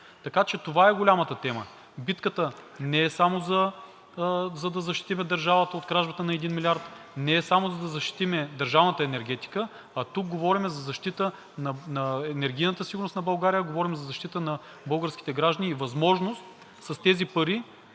така че това е голямата тема. Битката не е само за да защитим държавата от кражбата на един милиард, не е само за да защитим държавната енергетика, а тук говорим за защита на енергийната сигурност на България, говорим за защита на българските граждани и възможност с тези пари